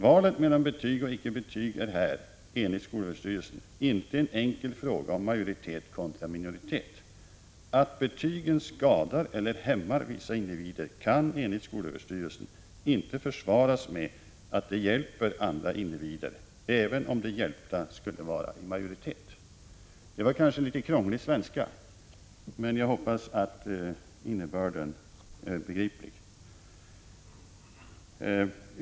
Valet mellan betyg och icke-betyg är här, enligt SÖ, inte en enkel fråga om majoritet kontra minoritet. Att betygen skadar eller hämmar vissa individer kan, enligt SÖ, inte försvaras med att de hjälper andra individer, även om de hjälpta skulle vara i majoritet.” Det var kanske litet krånglig svenska, men jag hoppas att innebörden är begriplig.